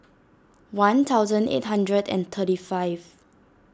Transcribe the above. one thousand eight hundred and thirty five